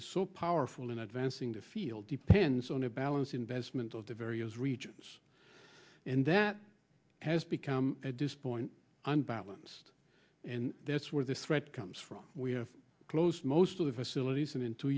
is so powerful in advancing the field depends on a balance investment of the various regions and that has become at this point unbalanced and that's where the threat comes from we have closed most of the facilities and in two